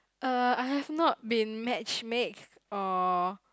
uh I have not been match make or